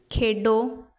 ਖੇਡੋ